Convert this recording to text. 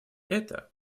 это